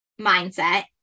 mindset